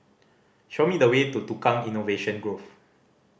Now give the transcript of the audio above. show me the way to Tukang Innovation Grove